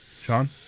Sean